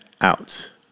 out